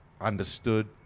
understood